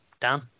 Dan